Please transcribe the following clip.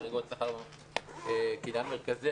חריגות שכר כעניין מרכזי,